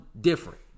different